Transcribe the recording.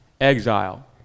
exile